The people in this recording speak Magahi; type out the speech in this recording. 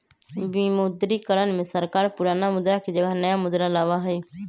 विमुद्रीकरण में सरकार पुराना मुद्रा के जगह नया मुद्रा लाबा हई